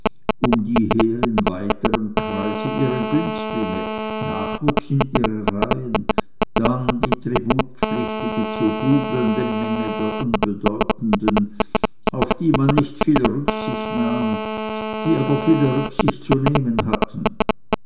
um die her in weiterm kreise ihre günstlinge nachwuchs in ihre reihen dann die tributpflichtige zu hudelnde menge der unbedeutenden auf die man nicht viel rücksicht nahm die aber viele rücksicht zu nehmen hatten